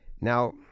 Now